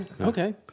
Okay